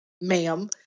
ma'am